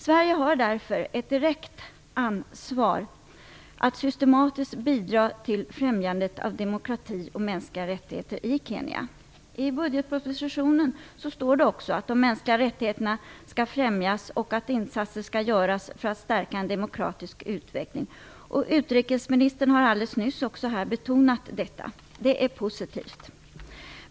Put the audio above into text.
Sverige har därför ett direkt ansvar att systematiskt bidra till främjandet av demokrati och mänskliga rättigheter i Kenya. I budgetpropositionen står det också att de mänskliga rättigheterna skall främjas och att insatser skall göras för att stärka en demokratisk utveckling. Utrikesministern har alldeles nyss också betonat detta. Det är positivt.